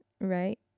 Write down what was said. right